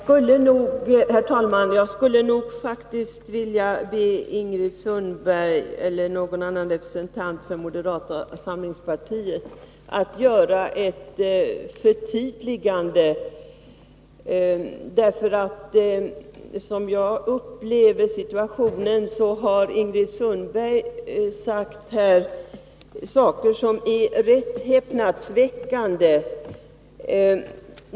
Herr talman! Jag skulle faktiskt vilja be Ingrid Sundberg eller någon annan representant för moderata samlingspartiet att göra ett förtydligande. Som jag upplever situationen har Ingrid Sundberg här sagt saker som är rätt häpnadsväckande.